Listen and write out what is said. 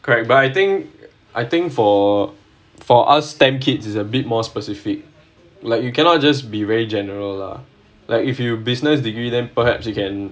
correct but I think I think for for U S_T_E_M kids is a bit more specific like you cannot just be very general lah like if you business degree then perhaps you can